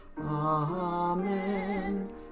Amen